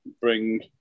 bring